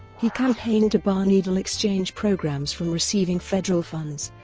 he campaigned to bar needle-exchange programs from receiving federal funds,